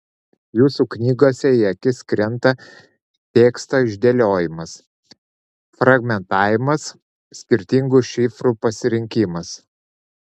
jūsų knygose į akis krenta teksto išdėliojimas fragmentavimas skirtingų šriftų parinkimas